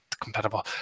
compatible